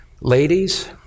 Ladies